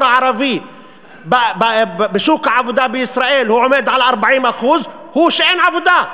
הערבי בשוק העבודה בישראל עומד על 40% הוא שאין עבודה.